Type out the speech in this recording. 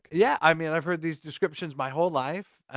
yeah! i mean i've heard these descriptions my whole life,